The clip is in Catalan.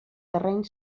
terreny